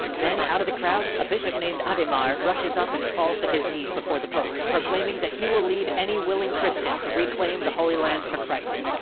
then, out of the crowd, a bishop named adhemar rushes up and falls to his knees before the pope, claiming that he will lead any willing christian to reclaim the holy land for christ.